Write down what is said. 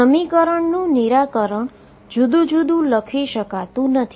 સમીકરણનું નિરાકરણ જુદુ જુદુ લખી શકતું નથી